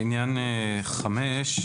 לעניין (5),